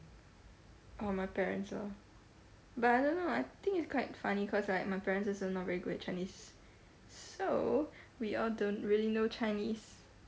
oh my parents lor but I don't know I think it's quite funny cause like my parents also not very good in chinese so we all don't really know chinese